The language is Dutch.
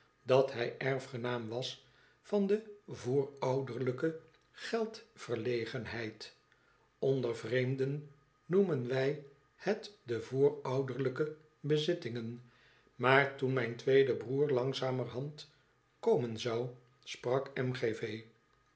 dat hij erfgenaam was van de voorouderlijke geldverlegenheid onder vreemden noemen wij het de voorouderlijke bezittingen maar toen mijn tweede broeder langzamerhand komen zou sprak m g v